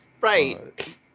Right